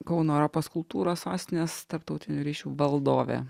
kauno europos kultūros sostinės tarptautinių ryšių valdovė